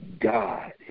God